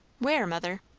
where, mother?